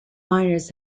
miners